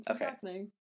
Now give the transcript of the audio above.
Okay